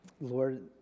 Lord